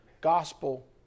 gospel